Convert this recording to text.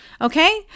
Okay